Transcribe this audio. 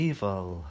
Evil